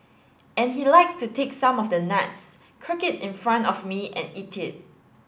and he likes to take some of the nuts crack it in front of me and eat it